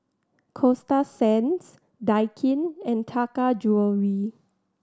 Coasta Sands Daikin and Taka Jewelry